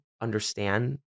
understand